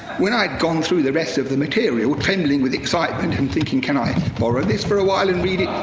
when i had gone through the rest of the material, trembling with excitement, and thinking, can i borrow this for a while and read it?